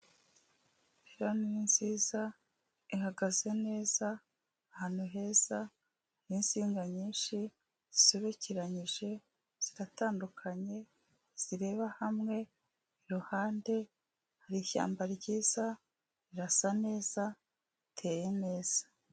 Ipiloni ni nziza, ihagaze neza ahantu heza n'insinga nyinshi zisobekeranyije ziratandukanye zireba hamwe iruhande hari ishyamba ryiza rirasa neza riteye neza.